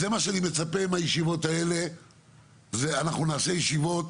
זה מה שאני מצפה מהישיבות האלה ואנחנו נעשה ישיבות